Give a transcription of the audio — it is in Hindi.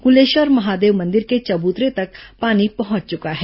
कुलेश्वर महादेव मंदिर के चबूतरे तक पानी पहुंच चुका है